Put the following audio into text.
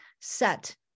set